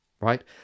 right